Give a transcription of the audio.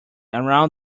around